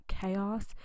chaos